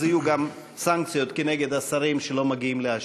אז יהיו גם סנקציות כנגד השרים שלא מגיעים להשיב.